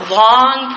long